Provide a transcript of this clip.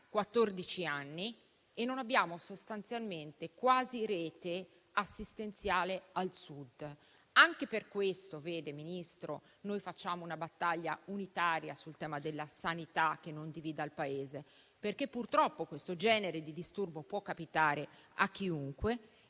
anni. Non abbiamo sostanzialmente quasi rete assistenziale al Sud. Anche per questo, Ministro, noi facciamo una battaglia unitaria sul tema della sanità, che non divida il Paese. Purtroppo, infatti, questo genere di disturbo può capitare a chiunque e